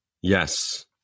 Yes